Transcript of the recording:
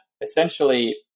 essentially